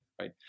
right